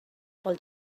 pel